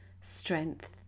strength